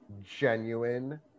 genuine